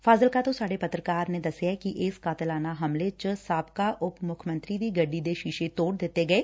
ਫ਼ਾਜ਼ਿਲਕਾ ਤੋ ਸਾਡੇ ਪੱਤਰਕਾਰ ਨੇ ਦਸਿਐ ਕਿ ਇਸ ਕਾਤਿਲਾਨਾ ਹਮਲੇ ਚ ਸਾਬਕਾ ਉਪ ਮੁੱਖ ਮੰਤਰੀ ਦੀ ਗੱਡੀ ਦੇ ਸ਼ੀਸ਼ੇ ਤੋੜ ਦਿੱਤੇ ਗਏ